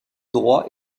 droit